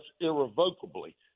irrevocably